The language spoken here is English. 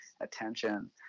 attention